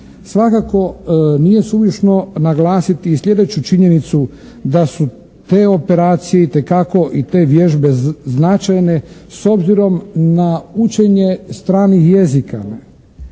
Svakako nije suvišno naglasiti i slijedeću činjenicu da su te operacije itekako i te vježbe značajne s obzirom na učenje stranih jezika.